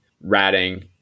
ratting